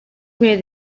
where